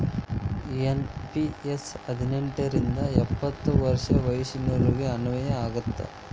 NPS ಹದಿನೆಂಟ್ ರಿಂದ ಎಪ್ಪತ್ ವರ್ಷ ವಯಸ್ಸಿನೋರಿಗೆ ಅನ್ವಯ ಆಗತ್ತ